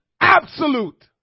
absolute